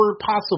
possible